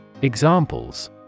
Examples